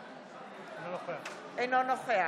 מה קרה, השרים לא הגיעו,